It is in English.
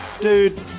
Dude